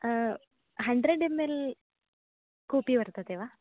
hundred M L कूपी वर्तते वा